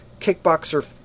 Kickboxer